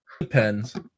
Depends